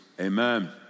Amen